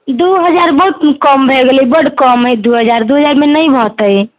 दू हजार बहुत कम भए गेलै बड कम हय दू हजार दू हजारमे नहि भऽ हेतै